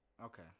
okay